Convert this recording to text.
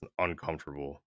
uncomfortable